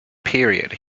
period